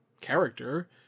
character